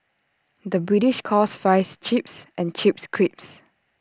the British calls Fries Chips and Chips Crisps